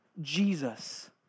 Jesus